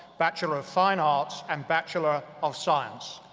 bachelor of fine arts and bachelor of science.